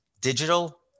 Digital